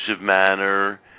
manner